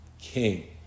king